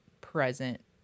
present